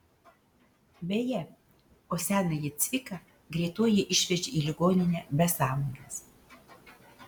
beje o senąjį cviką greitoji išvežė į ligoninę be sąmonės